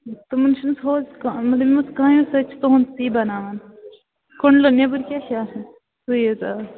تُمن چھِنہٕ کانٛہہ مطلب یِمو کانیو سۭتۍ چھِ تِہُنٛد یہِ بَناوان کۄنٛڈلن نیٚبٕرۍ کِنۍ کیٛاہ چھِ آسان سُے حظ آ